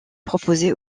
proposée